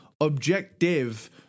objective